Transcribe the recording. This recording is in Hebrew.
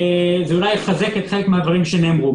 אולי זה יחזק חלק מהדברים שנאמרו.